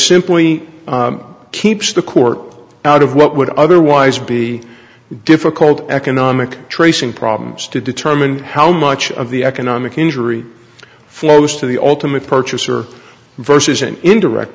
simply keeps the court out of what would otherwise be difficult economic tracing problems to determine how much of the economic injury flows to the ultimate purchaser versus an indirect